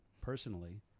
personally